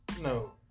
No